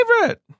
favorite